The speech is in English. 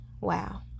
wow